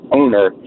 owner